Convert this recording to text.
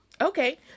Okay